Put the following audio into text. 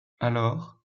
alors